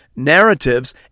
narratives